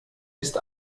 ist